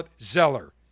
Zeller